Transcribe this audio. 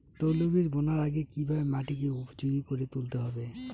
তৈলবীজ বোনার আগে কিভাবে মাটিকে উপযোগী করে তুলতে হবে?